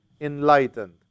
enlightened